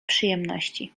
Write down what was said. przyjemności